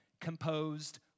composed